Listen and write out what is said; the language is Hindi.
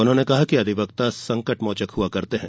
उन्होंने कहा कि अधिवक्ता संकट मोचक होते हैं